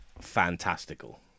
fantastical